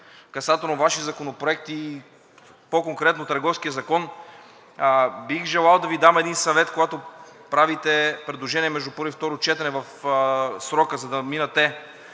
касателно Ваши законопроекти и по-конкретно Търговският закон, бих желал да Ви дам един съвет, когато правите предложение между първо и второ четене в срока, за да минат